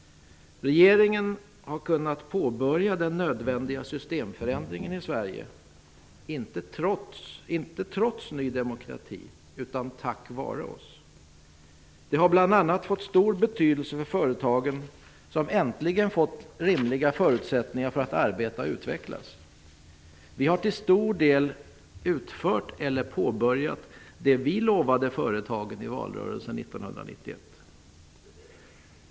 Regeringen har kunnat påbörja den nödvändiga systemförändringen i Sverige inte trots utan tack vare Ny demokrati. Det har bl.a. fått stor betydelse för företagen, som äntligen har fått rimliga förutsättningar för att arbeta och utvecklas. Vi har till stor del utfört eller påbörjat det som vi lovade företagen i valrörelsen 1991.